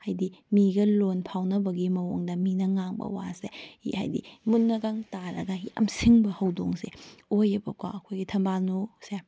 ꯍꯥꯏꯗꯤ ꯃꯤꯒ ꯂꯣꯟ ꯐꯥꯎꯅꯕꯒꯤ ꯃꯑꯣꯡꯗ ꯃꯤꯅ ꯉꯥꯡꯕ ꯋꯥꯁꯦ ꯍꯥꯏꯗꯤ ꯃꯨꯟꯅꯒ ꯇꯥꯔꯒ ꯌꯥꯝꯁꯤꯡꯕ ꯍꯧꯗꯣꯡꯁꯦ ꯑꯣꯏꯌꯦꯕꯀꯣ ꯑꯩꯈꯣꯏꯒꯤ ꯊꯝꯕꯥꯜꯅꯨꯁꯦ